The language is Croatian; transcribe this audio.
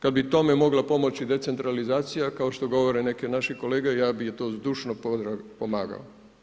Kada bi tome mogla pomoći decentralizacija, kao što govore neki naše kolege, ja bi to s dušno pomagao.